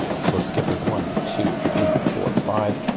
so skipping one two three four five,